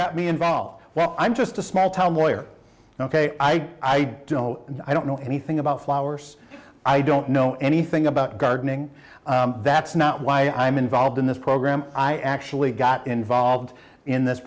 got me involved well i'm just a small town lawyer ok i don't know and i don't know anything about flowers i don't know anything about gardening that's not why i'm involved in this program i actually got involved in this